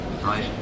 right